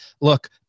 look